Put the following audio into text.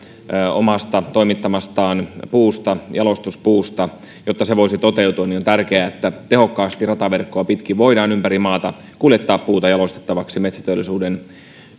omasta itse toimittamastaan puusta jalostuspuusta jotta se voisi toteutua niin on tärkeää että tehokkaasti rataverkkoa pitkin voidaan ympäri maata kuljettaa puuta jalostettavaksi metsäteollisuuden